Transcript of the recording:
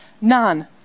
none